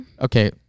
Okay